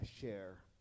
share